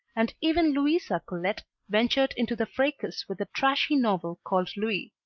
and even louisa colet ventured into the fracas with a trashy novel called lui.